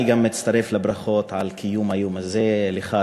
אני גם מצטרף לברכות על קיום היום הזה לך,